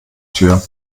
tür